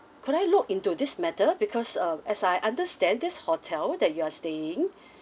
could I look into this matter because uh as I understand this hotel that you are staying